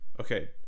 okay